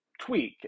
tweak